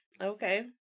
Okay